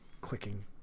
clicking